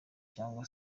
cyangwa